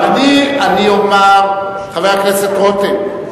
חבר הכנסת רותם,